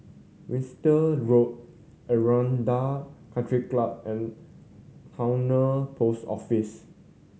Winstedt Road Aranda Country Club and Towner Post Office